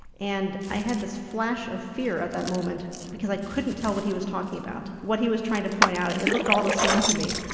and i had this flash of fear at that moment because i couldn't tell what he was talking about, what he was trying to point out, it it looked all the same to me.